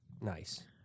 Nice